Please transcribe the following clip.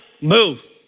move